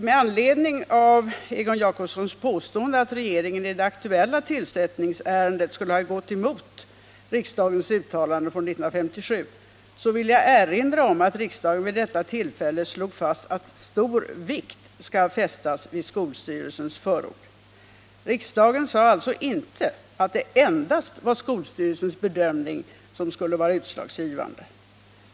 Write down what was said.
Med anledning av Egon Jacobssons påstående att regeringen i det aktuella tillsättningsärendet skulle ha gått emot riksdagens uttalande från 1957 vill jag erinra om att riksdagen vid detta tillfälle slog fast, att stor vikt skall fästas vid skolstyrelsens förord. Riksdagen sade alltså inte att det endast är skolstyrelsens bedömning som skall vara utslagsgivande.